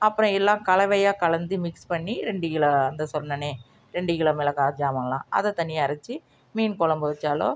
அப்புறம் எல்லா கலவையாக கலந்து மிக்ஸ் பண்ணி ரெண்டு கிலோ அந்த சொன்னனே ரெண்டு கிலோ மிளகாய் ஜாமானெலாம் அதை தனியாக அரைச்சு மீன் குழம்பு வைச்சாலோ